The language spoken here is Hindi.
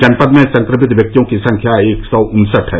जनपद में संक्रमित व्यक्तियों की संख्या एक सौ उन्सठ है